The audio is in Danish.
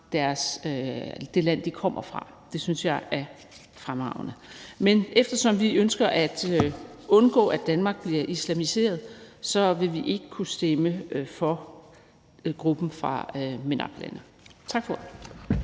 de lande, de kommer fra; det synes jeg er fremragende. Men eftersom vi ønsker at undgå, at Danmark bliver islamiseret, vil vi ikke kunne stemme for gruppen fra MENAPT-lande. Tak. Kl.